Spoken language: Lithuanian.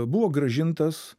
buvo grąžintas